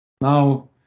Now